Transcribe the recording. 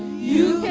you